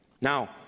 Now